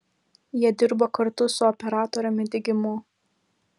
jie dirbo kartu su operatoriumi digimu